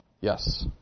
Yes